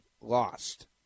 lost